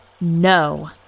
no